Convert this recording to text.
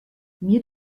mir